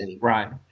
Right